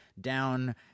down